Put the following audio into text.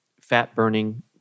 fat-burning